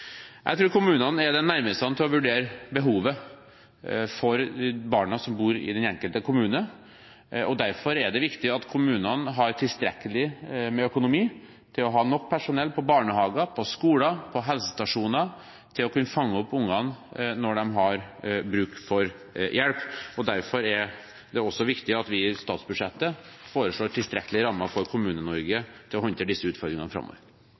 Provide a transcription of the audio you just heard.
Jeg tror kommunene er de nærmeste til å vurdere behovet for de barna som bor i den enkelte kommune. Derfor er det viktig at kommunene har tilstrekkelig økonomi til å ha nok personell i barnehager, i skoler og på helsestasjoner til å kunne fange opp ungene når de har bruk for hjelp. Derfor er det også viktig at vi i statsbudsjettet foreslår tilstrekkelige rammer for Kommune-Norge til å håndtere disse utfordringene framover.